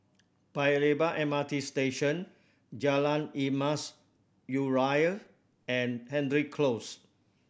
Paya Lebar M R T Station Jalan Emas Urai and Hendry Close